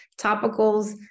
Topicals